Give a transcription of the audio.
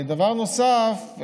דבר נוסף,